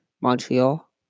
Montreal